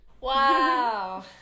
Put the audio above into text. Wow